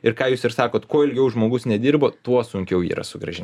ir ką jūs ir sakot kuo ilgiau žmogus nedirba tuo sunkiau jį yra sugrąžint